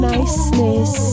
Niceness